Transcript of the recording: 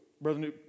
Brother